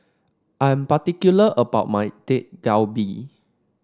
I'm particular about my Dak Galbi